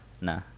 Nah